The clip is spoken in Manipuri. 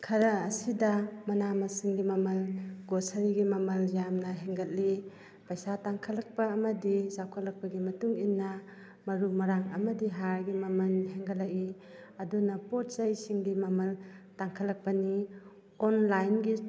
ꯈꯔ ꯑꯁꯤꯗ ꯃꯅꯥ ꯃꯁꯤꯡꯒꯤ ꯃꯃꯜ ꯒ꯭ꯔꯣꯁꯔꯤꯒꯤ ꯃꯃꯜ ꯌꯥꯝꯅ ꯍꯦꯟꯒꯠꯂꯤ ꯄꯩꯁꯥ ꯇꯥꯡꯈꯠꯂꯛꯄ ꯑꯃꯗꯤ ꯆꯥꯎꯈꯠꯂꯛꯄꯒ ꯃꯇꯨꯡ ꯏꯟꯅ ꯃꯔꯨ ꯃꯔꯥꯡ ꯑꯃꯗꯤ ꯍꯥꯔꯒꯤ ꯃꯃꯟ ꯍꯦꯟꯒꯠꯂꯛꯏ ꯑꯗꯨꯅ ꯄꯣꯠ ꯆꯩꯁꯤꯡꯒꯤ ꯃꯃꯜ ꯇꯥꯡꯈꯠꯂꯛꯄꯅꯤ ꯑꯣꯟꯂꯥꯏꯟꯒꯤ